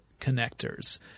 connectors